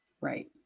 Right